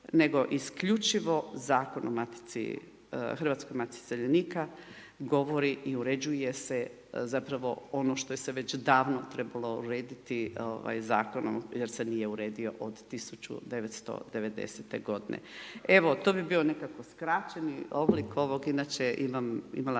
nego isključivo Zakon o matici, Hrvatskoj matici iseljenika govori i uređuje se zapravo ono što se već davno trebalo urediti zakonom jer se nije uredio od 1990. godine. Evo, to bi bio nekako skraćeni oblik ovog, inače imala